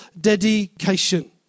dedication